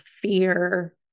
fear